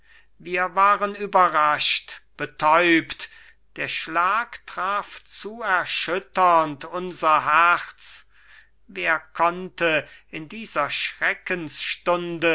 wir waren überrascht betäubt der schlag traf zu erschütternd unser herz wer konnte in dieser